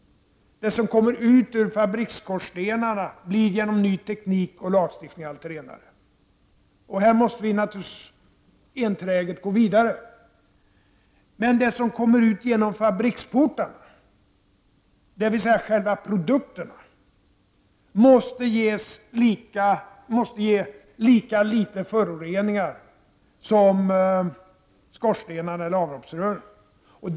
Det som kommer ut ur fabriksskorstenarna blir genom ny teknik och lagstiftning allt renare. Här måste vi naturligtvis enträget gå vidare. Men det som kommer ut genom fabriksportarna, dvs. själva produkterna, måste ge lika litet föroreningar som skorstenarna eller avloppsrören.